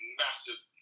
massive